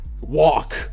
walk